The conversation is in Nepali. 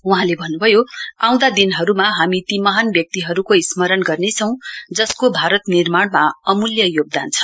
वहाँले भन्नुभयो आँउदा दिनहरूमा हामी ती महान व्यक्तिहरूको स्मरण गर्नेछौं जसको भारत निर्मानमा अमूल्य योगदान छ